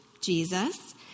Jesus